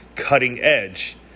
cutting-edge